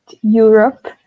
Europe